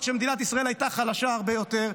כשמדינת ישראל הייתה חלשה הרבה יותר,